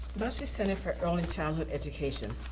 bussey center for early childhood education,